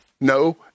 no